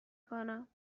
کنم